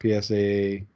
PSA